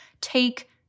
take